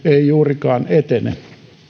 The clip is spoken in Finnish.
juurikaan etene